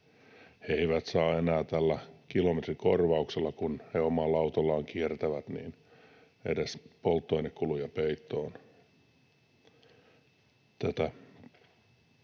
he eivät saa enää tällä kilometrikorvauksella, kun he omalla autollaan kiertävät, edes polttoainekuluja peittoon. Tämä